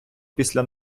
після